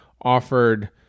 offered